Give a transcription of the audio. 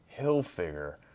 Hilfiger